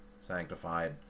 sanctified